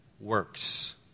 works